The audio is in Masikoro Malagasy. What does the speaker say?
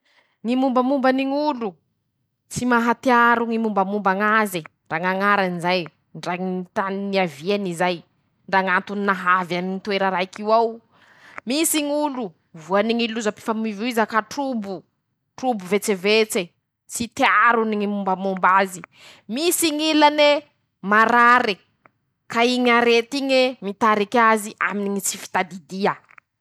Ñy mombamombany ñy ñ'olo ,tsy mahatiaro ñy mombamomba ñ'aze ,ndra ñ'añarany zay ,ndra ñy tany niaviany zay ,ndra ñ'antony nahavy any ñy toera raiky io ao: Misy ñ'olo voany ñy loza pifamoivoiza ka trobo, trobo vetsevetse ,tsy tiarony ñy mombamomba azy. -Misy ñ'ilane ,marary ,ka iñy arety iñe mitariky azy aminy ñy tsy fitadidia.